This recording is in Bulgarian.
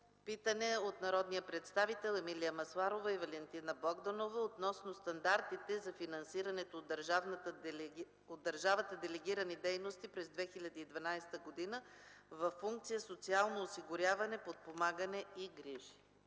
Питане от народния представител Емилия Масларова и Валентина Богданова относно стандартите за финансираните от държавата делегирани дейности през 2012 г. във функция „Социално осигуряване, подпомагане и грижи”.